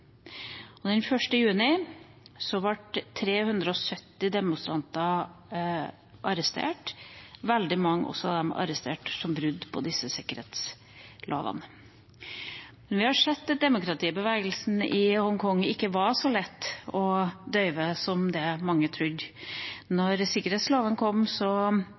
juni ble 370 demonstranter arrestert, veldig mange av dem for brudd på disse sikkerhetslovene. Men vi har sett at demokratibevegelsen i Hongkong ikke var så lett å døyve som det mange trodde. Da sikkerhetslovene kom,